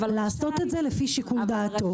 רשאי לעשות את זה לפי שיקול דעתו.